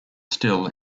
still